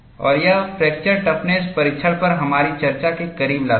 और यह फ्रैक्चर टफनेसपरीक्षण पर हमारी चर्चा के करीब लाता है